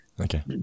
Okay